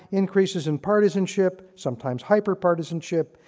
increases in partisanship, sometimes hyper-partisanship,